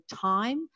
time